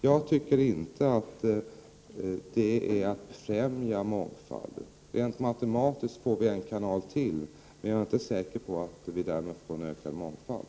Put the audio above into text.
Jag tycker inte att det är att befrämja mångfalden. Rent matematiskt får vi en kanal till, men jag är inte säker på att vi därmed får en ökad mångfald.